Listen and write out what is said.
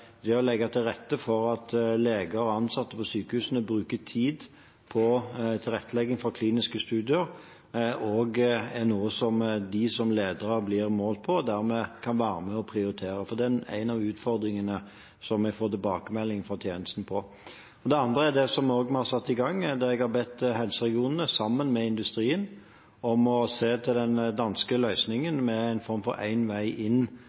leger og ansatte på sykehusene bruker tid på tilrettelegging for kliniske studier, er noe de som ledere blir målt på og dermed kan være med og prioritere. For det er en av utfordringene vi får tilbakemelding om fra tjenesten. Det andre vi har satt i gang, er at jeg har bedt helseregionene sammen med industrien om å se til den danske løsningen med en form for én vei inn